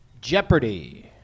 Jeopardy